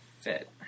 fit